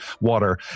water